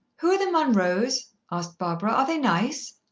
who are the munroes? asked barbara. are they nice?